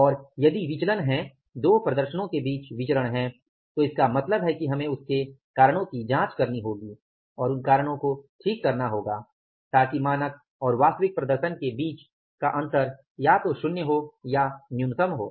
और यदि विचलन हैं दो प्रदर्शनों के बीच विचरण हैं तो इसका मतलब है कि हमें उसके कारणों की जांच करनी होगी और उन कारणों को ठीक करना होगा ताकि मानक और वास्तविक प्रदर्शन के बीच का अंतर या तो शुन्य हो या न्यूनतम हो